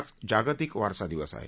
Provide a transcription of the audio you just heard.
आज जागतिक वारसा दिवस आहे